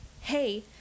hey